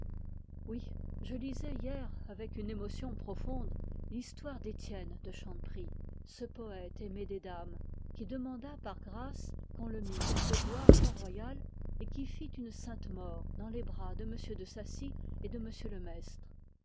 oui je lisais hier avec une émotion profonde l'histoire d'étienne de chanteprie ce poète aimé des dames qui demanda par grâce qu'on le mît garde bois à port-royal et qui fit une sainte mort dans les bras de m de saci et de m le maistre